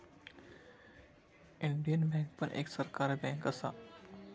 Indian bank पण एक सरकारी बँक असा